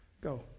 go